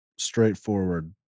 straightforward